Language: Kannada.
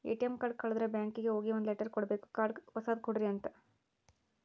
ಎ.ಟಿ.ಎಮ್ ಕಾರ್ಡ್ ಕಳುದ್ರೆ ಬ್ಯಾಂಕಿಗೆ ಹೋಗಿ ಒಂದ್ ಲೆಟರ್ ಕೊಡ್ಬೇಕು ಕಾರ್ಡ್ ಹೊಸದ ಕೊಡ್ರಿ ಅಂತ